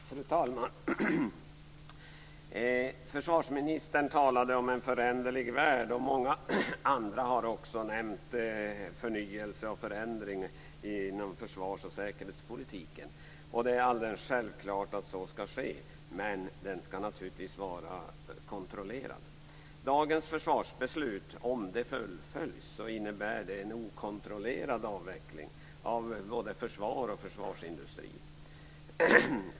Fru talman! Försvarsministern talade om en föränderlig värld. Många andra har också nämnt förnyelse och förändring inom försvars och säkerhetspolitiken. Det är alldeles självklart att så skall ske, men den skall naturligtvis vara kontrollerad. Dagens försvarsbeslut innebär, om det fullföljs, en okontrollerad avveckling av både försvar och försvarsindustri.